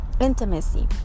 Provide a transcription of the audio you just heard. intimacy